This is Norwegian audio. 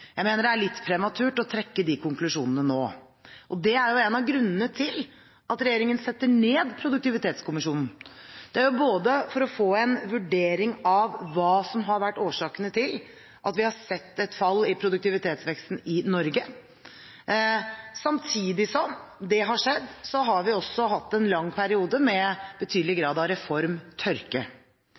Jeg mener det er litt prematurt å trekke de konklusjonene nå, og det er jo en av grunnene til at regjeringen setter ned produktivitetskommisjonen. Det er jo for å få en vurdering av hva som har vært årsakene til at vi har sett et fall i produktivitetsveksten i Norge. Samtidig som det har skjedd, har vi også hatt en lang periode med betydelig grad av